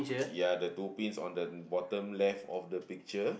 ya the two pins on the bottom left of the picture